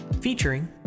featuring